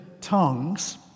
tongues